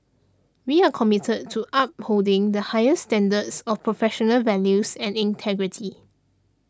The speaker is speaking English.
we are committed to upholding the highest standards of professional values and integrity